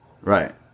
right